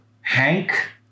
Hank